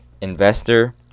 investor